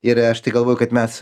ir aš tai galvoju kad mes